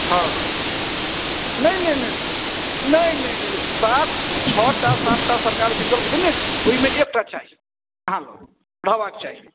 हँ नहि नहि नहि नहि नहि नहि सात छओ टा सात टा सरकार विकल्प देने छै ओहिमे एकटा चाही अहाँ लग रहबाक चाही